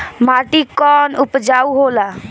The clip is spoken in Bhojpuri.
माटी कौन उपजाऊ होला?